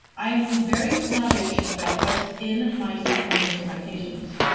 i'm very snobbish about what's in my supplements for my patients.